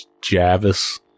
Javis